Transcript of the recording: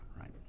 right